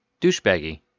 Douchebaggy